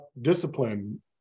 discipline